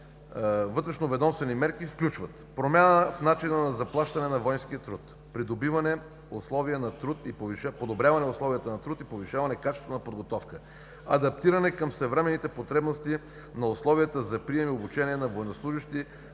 вътрешноведомствените мерки, включват: промяна в начина на заплащане на войнския труд; подобряване условията на труд и повишаване качеството на подготовката; адаптиране към съвременните потребности на условията за прием и обучение на военнослужещи